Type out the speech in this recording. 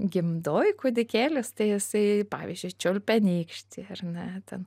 gimdoj kūdikėlis tai jisai pavyzdžiui čiulpia nykštį ar ne ten